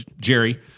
Jerry